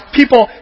people